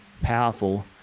powerful